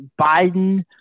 Biden